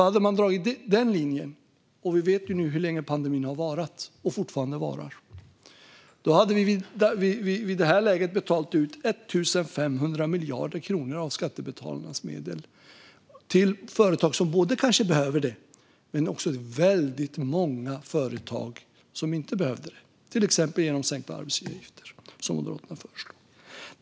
Hade man dragit den linjen - och vi vet ju nu hur länge pandemin har varat och att den fortfarande varar - skulle vi i det här läget betalat ut 1 500 miljarder kronor av skattebetalarnas medel till företag som behövde det men också till väldigt många företag som inte behövde det, till exempel genom sänkta arbetsgivaravgifter, som Moderaterna föreslog.